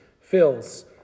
fills